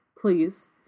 please